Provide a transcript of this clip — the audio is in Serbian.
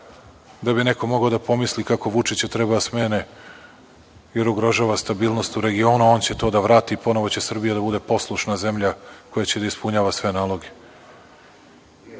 da bi neko mogao da pomisli kako Vučića treba da smene jer ugrožava stabilnost u regionu, a on će to vrati i ponovo će Srbija da bude poslušna zemlja koja će da ispunjava sve